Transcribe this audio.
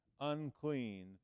unclean